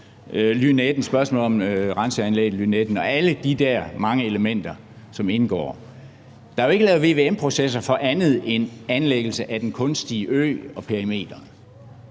spørgsmål om renseanlægget Lynetten og alle de der mange elementer, som indgår. Der er jo ikke lavet vvm-processer for andet end anlæggelse af den kunstige ø og perimeter.